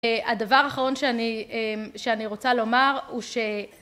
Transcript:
הדבר האחרון שאני רוצה לומר הוא ש...